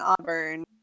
Auburn